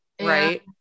Right